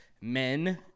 men